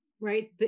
right